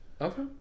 Okay